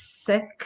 sick